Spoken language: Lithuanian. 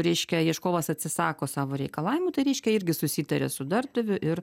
reiškia ieškovas atsisako savo reikalavimų tai reiškia irgi susitaria su darbdaviu ir